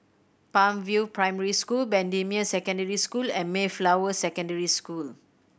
Palm View Primary School Bendemeer Secondary School and Mayflower Secondary School